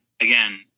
again